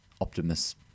Optimus